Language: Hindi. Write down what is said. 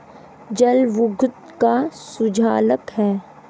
जल विद्युत का सुचालक है